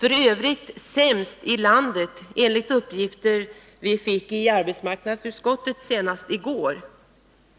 -— f. ö. sämst i landet enligt uppgifter vi fick i arbetsmarknadsutskottet senast i går.